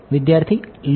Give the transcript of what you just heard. વિદ્યાર્થી લોકલ